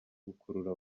gukurura